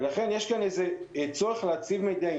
לכן יש צורך להצליב מידע.